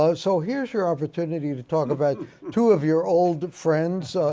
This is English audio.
so so here is your opportunity to talk about two of your old friends,